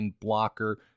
blocker